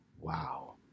wow